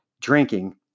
drinking